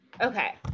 Okay